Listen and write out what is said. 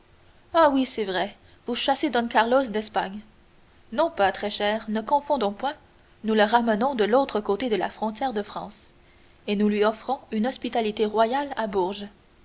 fait ah oui c'est vrai vous chassez don carlos d'espagne non pas très cher ne confondons point nous le ramenons de l'autre côté de la frontière de france et nous lui offrons une hospitalité royale à bourges